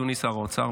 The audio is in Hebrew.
אדוני שר האוצר,